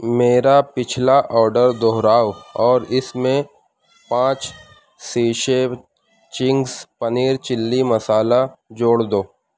میرا پچھلا آڈر دوہراؤ اور اس میں پانچ شیشے چنگزس پنیر چلی مصالحہ جوڑ دو